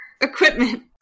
equipment